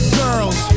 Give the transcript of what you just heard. girls